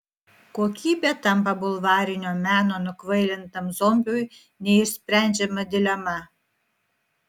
kokybė tampa bulvarinio meno nukvailintam zombiui neišsprendžiama dilema